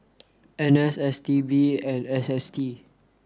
N S S T B and S S T